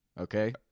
Okay